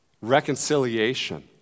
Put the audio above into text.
reconciliation